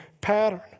pattern